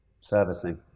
Servicing